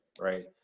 Right